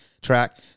track